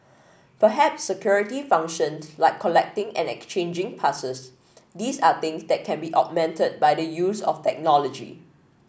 perhaps security functioned like collecting and exchanging passes these are things that can be augmented by the use of technology